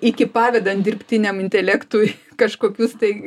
iki pavedant dirbtiniam intelektui kažkokius tai